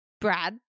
Brad